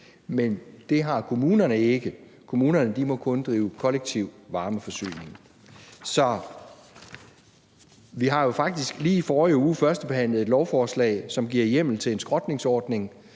men det har kommunerne ikke. Kommunerne må kun drive kollektiv varmeforsyning. Vi har jo faktisk lige i forrige uge førstebehandlet et lovforslag, som giver hjemmel til en skrotningsordning,